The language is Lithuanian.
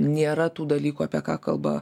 nėra tų dalykų apie ką kalba